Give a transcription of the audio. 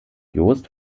jost